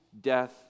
death